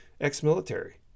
ex-military